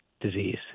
disease